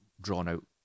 drawn-out